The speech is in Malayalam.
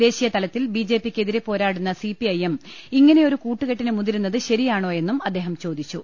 ദേശീയ തല ത്തിൽ ബിജെപിക്കെതിരെ പോരാടുന്ന സിപിഐഎം ഇങ്ങനെ യൊരു കൂട്ടുകെട്ടിന് മുതിരുന്നത് ശരിയാണോ്യെന്നും അദ്ദേഹം ചോദിച്ചു